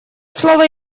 слово